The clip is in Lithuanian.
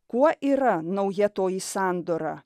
kuo yra nauja toji sandora